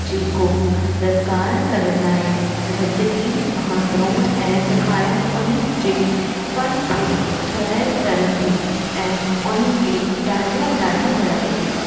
जेको रसकाइण करण लाइ बहितरीन महातरुंन ऐं सिखाइणु उन्हनि जे फ़न खे ज़हर करनि थी ऐं उन्हनि खे ॾाढो ॾाढो बणाए थी